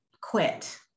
quit